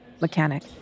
mechanic